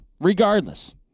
regardless